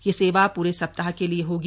यह सेवा पूरे सप्ताह के लिए होगी